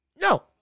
no